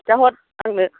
खिन्थाहर आंनो